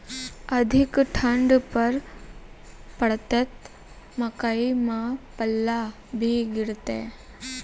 अधिक ठंड पर पड़तैत मकई मां पल्ला भी गिरते?